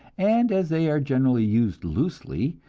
and as they are generally used loosely,